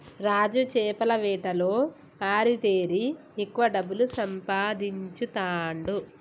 రాజు చేపల వేటలో ఆరితేరి ఎక్కువ డబ్బులు సంపాదించుతాండు